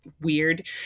weird